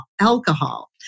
alcohol